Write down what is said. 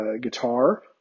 guitar